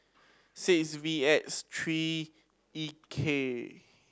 six V S three E K